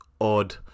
odd